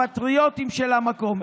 הפטריוטים של המקום.